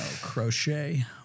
Crochet